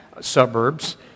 suburbs